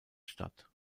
statt